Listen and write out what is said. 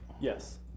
Yes